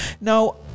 now